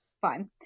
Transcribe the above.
fine